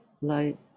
light